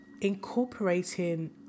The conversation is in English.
incorporating